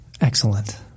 Excellent